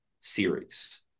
series